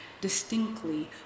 Distinctly